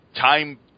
time